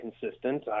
consistent